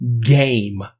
game